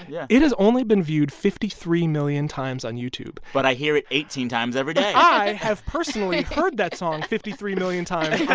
yeah it has only been viewed fifty three million times on youtube but i hear it eighteen times every day i have personally heard that song fifty three million times yeah